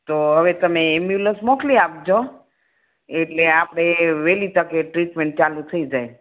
તો હવે તમે એમ્બ્યુલન્સ મોકલી આપજો એટલે આપણે વહેલી તકે ટ્રીટમેન્ટ ચાલું થઈ જાય